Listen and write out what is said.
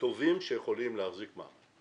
טובים שיכולים להחזיק מעמד.